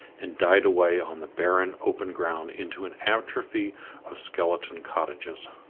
and died away on the barren open ground into an atrophy of skeleton cottages.